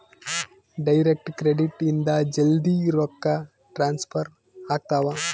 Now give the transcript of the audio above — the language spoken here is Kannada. ಡೈರೆಕ್ಟ್ ಕ್ರೆಡಿಟ್ ಇಂದ ಜಲ್ದೀ ರೊಕ್ಕ ಟ್ರಾನ್ಸ್ಫರ್ ಆಗ್ತಾವ